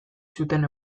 zuten